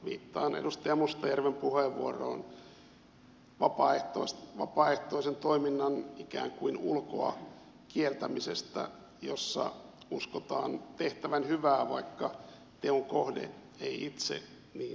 viittaan edustaja mustajärven puheenvuoroon vapaaehtoisen toiminnan ikään kuin ulkoa kieltämisestä jossa uskotaan tehtävän hyvää vaikka teon kohde ei itse niin usko